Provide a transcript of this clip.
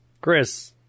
Chris